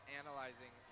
analyzing